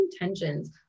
intentions